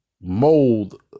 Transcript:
mold